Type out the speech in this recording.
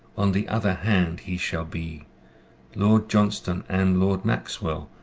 on the other hand he shall be lord johnstone, and lord maxwell,